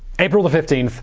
april fifteen,